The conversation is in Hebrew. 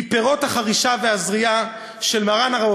היא פירות החרישה והזריעה של מרן הרב